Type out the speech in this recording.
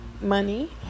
money